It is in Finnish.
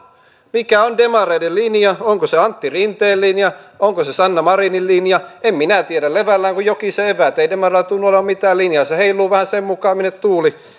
mikä on demareiden linja onko se antti rinteen linja onko se sanna marinin linja en minä tiedä levällään kuin jokisen eväät ei demareilla tunnu olevan mitään linjaa se heiluu vähän sen mukaan minne tuuli